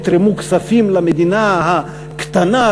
תתרמו כספים למדינה הקטנה,